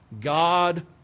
God